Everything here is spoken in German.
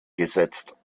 gesetzt